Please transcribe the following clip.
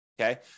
Okay